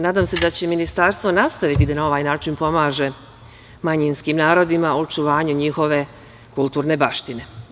Nadam se da će Ministarstvo nastaviti na ovaj način da pomaže manjinskim narodima u očuvanju njihove kulturne baštine.